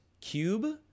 cube